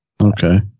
Okay